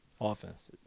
Offense